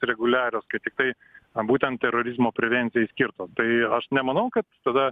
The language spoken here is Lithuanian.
reguliarios kaip tiktai būtent terorizmo prevencijai skirtos tai aš nemanau kad tada